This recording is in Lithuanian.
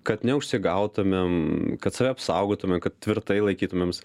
kad neužsigautumėm kad save apsaugotume kad tvirtai laikytumėms